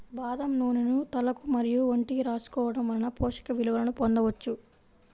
బాదం నూనెను తలకు మరియు ఒంటికి రాసుకోవడం వలన పోషక విలువలను పొందవచ్చు